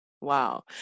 Wow